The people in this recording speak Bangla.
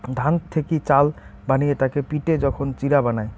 ধান থেকি চাল বানিয়ে তাকে পিটে যখন চিড়া বানায়